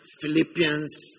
Philippians